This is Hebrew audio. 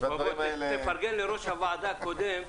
והדברים האלה -- תפרגן לראש הוועדה הקודם,